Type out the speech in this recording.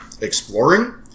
exploring